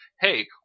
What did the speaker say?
hey